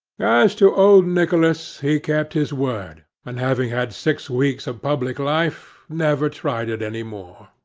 as to old nicholas, he kept his word, and having had six weeks of public life, never tried it any more.